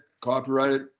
Copyrighted